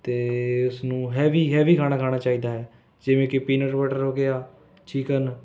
ਅਤੇ ਉਸ ਨੂੰ ਹੈਵੀ ਹੈਵੀ ਖਾਣਾ ਖਾਣਾ ਚਾਹੀਦਾ ਹੈ ਜਿਵੇਂ ਕਿ ਪੀਨਟ ਬਟਰ ਹੋ ਗਿਆ ਚਿਕਨ